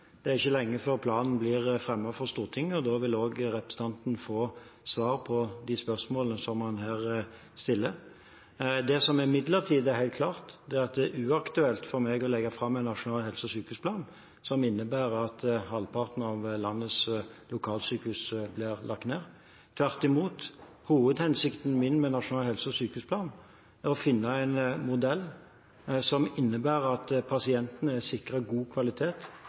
Det er ikke lenge før planen blir fremmet for Stortinget, og da vil også representanten få svar på de spørsmålene som han her stiller. Det som imidlertid er helt klart, er at det er uaktuelt for meg å legge fram en nasjonal helse- og sykehusplan som innebærer at halvparten av landets lokalsykehus blir lagt ned. Tvert imot. Hovedhensikten min med en nasjonal helse- og sykehusplan er å finne en modell som innebærer at pasientene er sikret god kvalitet